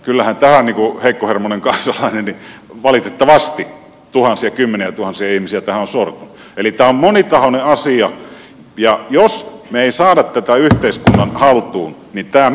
kyllähän tähän heikkohermoinen kansalainen sortuu valitettavasti tuhansia kymmeniätuhansia ihmisiä on sortunut eli tämä on monitahoinen asia ja jos me emme saa tätä yhteiskunnan haltuun niin tämä menee maan alle